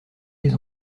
les